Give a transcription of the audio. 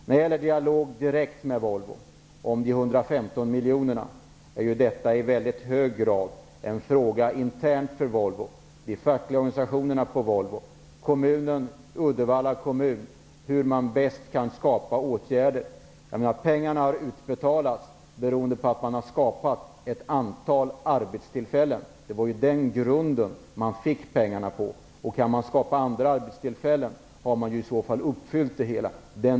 Frågan om en dialog direkt med Volvo om de 115 miljonerna är i mycket hög grad en intern fråga för Uddevalla kommun om hur man bäst kan komma fram till åtgärder. Grunden för att pengarna har utbetalats var att man skapade ett antal arbetstillfällen. Kan man skapa andra arbetstillfällen har man uppfyllt sitt åtagande.